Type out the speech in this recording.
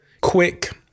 quick